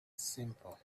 simple